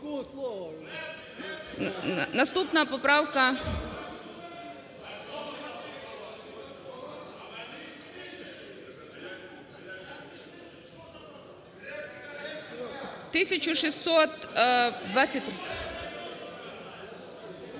Наступна поправка 1623…